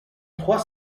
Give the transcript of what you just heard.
trois